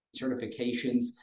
certifications